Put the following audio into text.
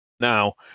Now